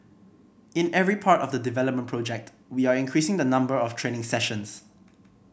in every part of the development project we are increasing the number of training sessions